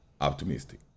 optimistic